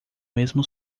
mesmo